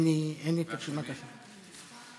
793: אי-תקצוב מוסדות המוכר שאינו רשמי באופן שוויוני.